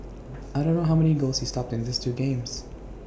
I don't know how many goals he stopped in this two games